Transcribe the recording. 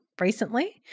recently